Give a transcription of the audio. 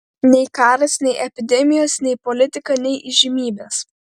nei karas nei epidemijos nei politika nei įžymybės